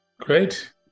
Great